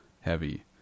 heavy